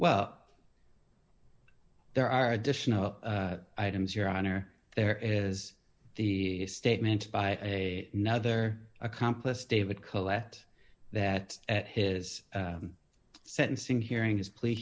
well there are additional items your honor there is the statement by a nother accomplice david cole at that at his sentencing hearing his plea